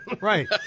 Right